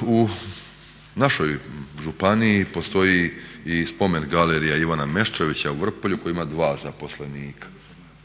U našoj županiji postoji i spomen galerija Ivana Meštrovića u Vrpolju koja ima dva zaposlenika,